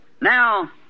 Now